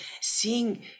seeing